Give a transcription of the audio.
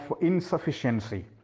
insufficiency